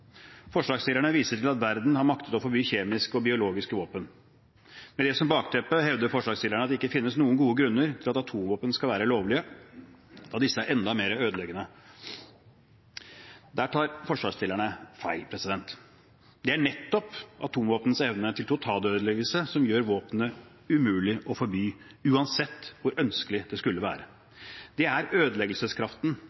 Forslagsstillerne viser til at verden har maktet å forby kjemiske og biologiske våpen. Med det som bakteppe hevder forslagsstillerne at det ikke finnes noen gode grunner til at atomvåpen skal være lovlige, da disse er enda mer ødeleggende. Der tar forslagsstillerne feil. Det er nettopp atomvåpenets evne til totalødeleggelse som gjør våpenet umulig å forby, uansett hvor ønskelig det skulle være. Det er ødeleggelseskraften